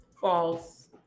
False